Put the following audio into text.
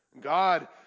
God